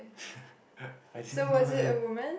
I didn't know that